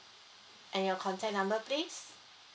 and your contact number please